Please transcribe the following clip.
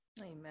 Amen